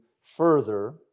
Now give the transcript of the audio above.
further